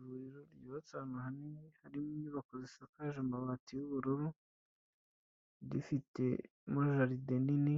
Ivuriro ryubatse ahantu hanini, harimo inyubako zisakaje amabati y'ubururu, rifite mo jaride nini,